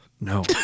No